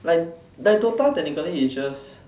like like DOTA technically is just